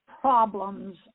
problems